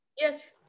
yes